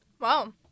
Wow